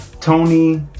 Tony